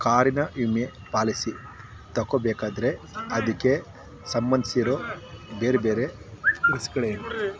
ಕಾರಿನ ವಿಮೆ ಪಾಲಿಸಿ ತಗೊಳ್ಬೇಕಾದ್ರೆ ಅದಕ್ಕೆ ಸಂಬಂಧಿಸಿರೋ ಬೇರೆಬೇರೆ ರಿಸ್ಕ್ಗಳೇನು